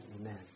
Amen